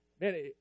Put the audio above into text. man